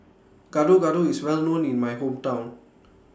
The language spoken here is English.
Gado Gado IS Well known in My Hometown